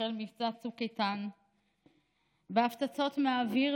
החל מבצע צוק איתן בהפצצות מהאוויר.